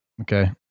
Okay